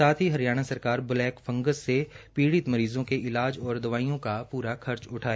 साथ ही हरियाणा सरकार ब्लैक फंगस से पीड़ित मरीजों के इलाज और दवाइयों का पूरा खर्च उठाए